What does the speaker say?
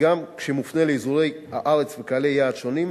וגם כשהוא מופנה לאזורי ארץ וקהלי יעד שונים,